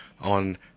on